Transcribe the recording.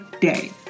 day